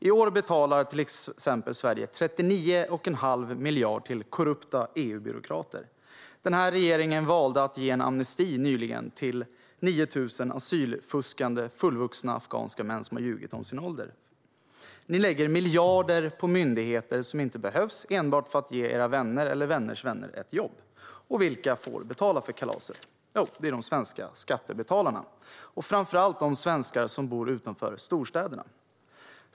I år betalar Sverige 39 1⁄2 miljard till korrupta EU-byråkrater. Den här regeringen valde nyligen att ge en amnesti åt 9 000 asylfuskande fullvuxna afghanska män som har ljugit om sin ålder. Ni lägger miljarder på myndigheter som inte behövs enbart för att ge era vänner eller vänners vänner ett jobb. Och vilka får betala för kalaset? Jo, det är de svenska skattebetalarna och framför allt de svenskar som bor utanför storstäderna.